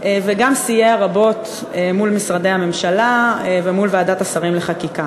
וגם סייע רבות מול משרדי הממשלה ומול ועדת השרים לחקיקה.